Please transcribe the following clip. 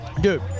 dude